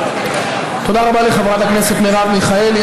תודה רבה לחברת הכנסת מרב מיכאלי.